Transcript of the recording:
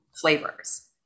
flavors